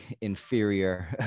inferior